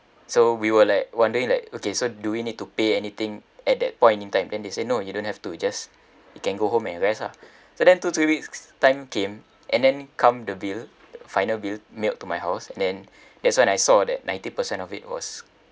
so we were like wondering like okay so do we need to pay anything at that point in time then they say no you don't have to just you can go home and rest ah so then two weeks time came and then come the bill final bill mailed to my house and then that's when I saw that ninety percent of it was